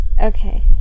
Okay